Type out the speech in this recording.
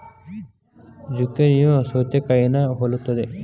ಜುಕೇನಿಯೂ ಸೌತೆಕಾಯಿನಾ ಹೊಲುತ್ತದೆ